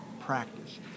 practice